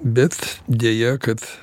bet deja kad